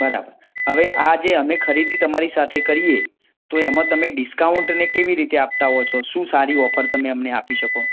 બરાબર હવે આ જે અમે ખરીદી તમારી સાથે કરીએ તો એમાં તમે ડિસ્કાઉન્ટ ને એ કેવી રીતે આપતા હોવ છો શું સારી ઓફર તમે અમને આપી શકો